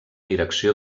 direcció